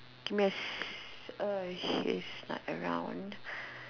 games uh she is not around